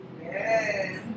Yes